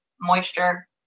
moisture